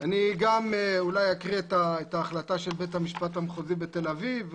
אני גם אולי אקריא את ההחלטה של בית המשפט המחוזי בתל אביב,